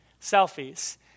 selfies